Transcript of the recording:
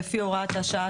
לרשות האוכלוסין וההגירה.